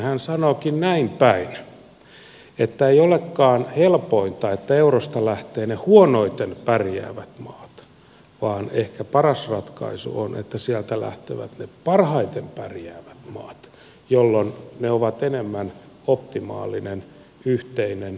hän sanookin näin päin että ei olekaan helpointa että eurosta lähtevät ne huonoiten pärjäävät maat vaan ehkä paras ratkaisu on että sieltä lähtevät ne parhaiten pärjäävät maat jolloin ne ovat enemmän optimaalinen yhteinen yhteismitallinen alue